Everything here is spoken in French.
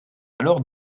alors